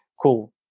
cool